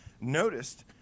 noticed